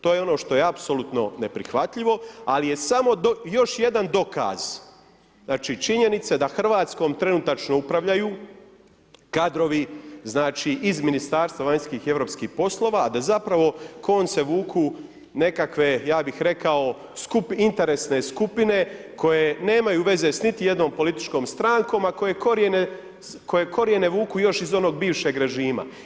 To je ono što je apsolutno neprihvatljivo, ali je samo još jedan dokaz, činjenice, da Hrvatske, trenutačno upravljaju, kadrovi iz Ministarstva vanjskih i europskih poslova, a da zapravo konce vuku nekakve, ja bi rekao interesne skupine, koji nemaju veze niti s jednom političkom strankom, a koje krojene vuku još iz onog bivšeg režima.